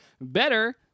better